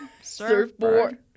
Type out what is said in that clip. Surfboard